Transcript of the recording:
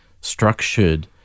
structured